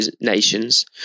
nations